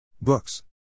Books